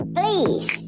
please